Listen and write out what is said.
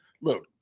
Look